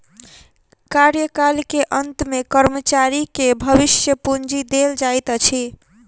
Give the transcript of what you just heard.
कार्यकाल के अंत में कर्मचारी के भविष्य पूंजी देल जाइत अछि